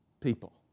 people